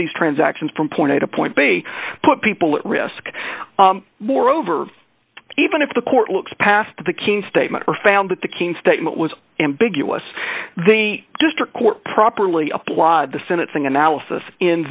these transactions from point a to point b put people at risk moreover even if the court looks past the king statement or found that the king statement was ambiguous the district court properly applied the senate thing analysis in